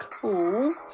Cool